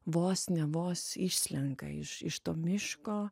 vos ne vos išslenka iš iš to miško